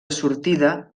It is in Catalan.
sortida